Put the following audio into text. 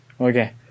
okay